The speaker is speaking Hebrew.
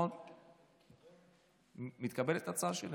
אפשר להפסיק.